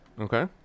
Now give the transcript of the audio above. Okay